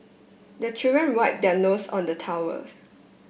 the children wipe their nose on the towel